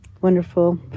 Wonderful